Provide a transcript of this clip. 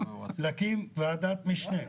להקים ועדת משנה.